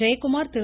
Jayakumar Thiru